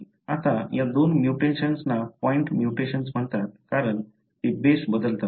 आता या दोन म्युटेशन्स ना पॉईंट म्युटेशन्स म्हणतात कारण ते बेस बदलतात